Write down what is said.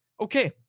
Okay